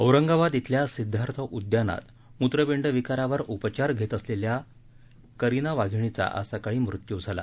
औरंगाबाद धिल्या सिद्धार्थ उद्यानात मृत्रपिंड विकारावर उपचार घेत असलेल्या करिना वाधिणीचा आज सकाळी मृत्यू झाला